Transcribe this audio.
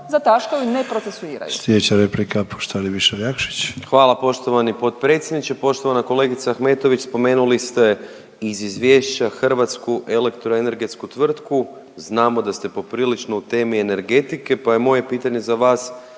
zataškaju i neprocesuiraju.